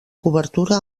cobertura